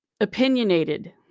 opinionated